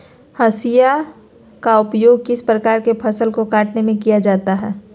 हाशिया का उपयोग किस प्रकार के फसल को कटने में किया जाता है?